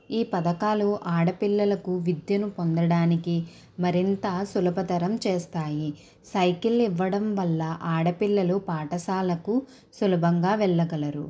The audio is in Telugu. ఈ పథకాలు ఆడపిల్లలకు విద్యను పొందడానికి మరింత సులభతరం చేస్తాయి సైకిళ్ళు ఇవ్వడం వల్ల ఆడపిల్లలు పాఠశాలకు సులభంగా వెళ్ళగలరు